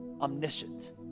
omniscient